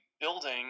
building